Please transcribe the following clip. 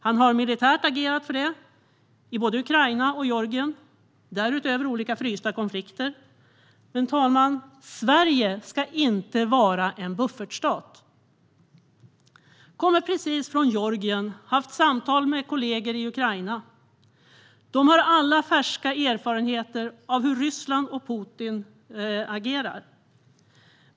Han har militärt agerat för det i både Ukraina och Georgien. Därutöver finns olika frysta konflikter. Men, fru talman, Sverige ska inte vara en buffertstat. Jag kommer precis från Georgien och har haft samtal med kollegor i Ukraina. De har alla färska erfarenheter av hur Ryssland och Putin agerar.